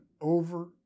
over